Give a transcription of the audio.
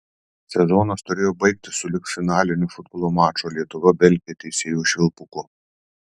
sezonas turėjo baigtis sulig finaliniu futbolo mačo lietuva belgija teisėjo švilpuku